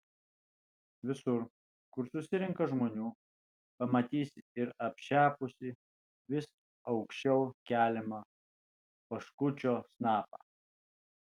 visur kur susirenka žmonių pamatysi ir apšepusį vis aukščiau keliamą oškučio snapą